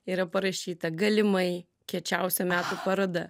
yra parašyta galimai kiečiausia metų paroda